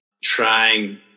trying